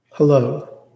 Hello